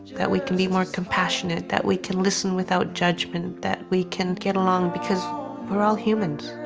that we can be more compassionate, that we can listen without judgment, that we can get along, because we're all humans.